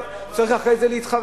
הוא צריך היה אחרי זה להתחרט,